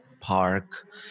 park